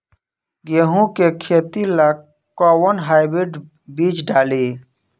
गेहूं के खेती ला कोवन हाइब्रिड बीज डाली?